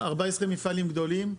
14 מפעלים גדולים.